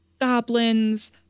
goblins